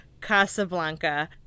Casablanca